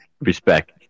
Respect